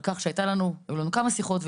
היו לנו כמה שיחות.